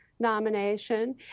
Nomination